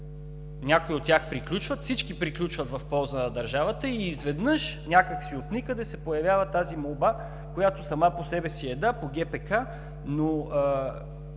някои от тях приключват, всички приключват в полза на държавата, и изведнъж, някак си от никъде, се появява тази молба, която сама по себе си е – да, по ГПК, но